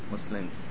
Muslims